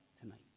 tonight